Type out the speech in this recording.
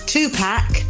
Two-pack